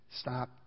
stop